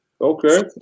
Okay